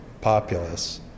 populace